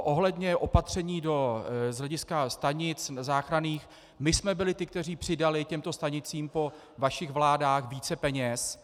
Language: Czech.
Ohledně opatření z hlediska stanic záchranných, my jsme byli ti, kteří přidali těmto stanicím po vašich vládách více peněz.